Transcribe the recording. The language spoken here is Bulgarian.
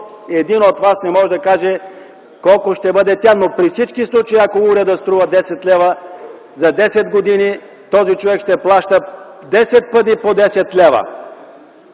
един от вас не може да каже колко ще бъде тя. Но при всички случаи, ако уредът струва 10 лв., за 10 години този човек ще плаща 10 пъти по 10 лв.